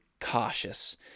cautious